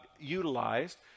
utilized